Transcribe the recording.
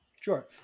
sure